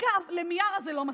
אגב, למיארה זה לא מספיק,